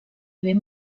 ben